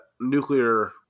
nuclear